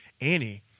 Annie